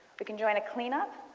we can join a clean up.